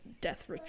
death